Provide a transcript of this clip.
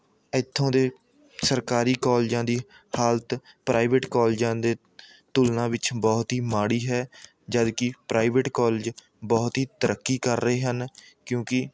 ਇੱਥੋਂ ਦੇ ਸਰਕਾਰੀ ਕਾਲਜਾਂ ਦੀ ਹਾਲਤ ਪ੍ਰਾਈਵੇਟ ਕਾਲਜਾਂ ਦੀ ਤੁਲਨਾ ਵਿੱਚ ਬਹੁਤ ਹੀ ਮਾੜੀ ਹੈ ਜਦ ਕੀ ਪ੍ਰਾਈਵੇਟ ਕਾਲਜ ਬਹੁਤ ਹੀ ਤਰੱਕੀ ਕਰ ਰਹੇ ਹਨ ਕਿਉਂਕਿ